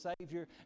Savior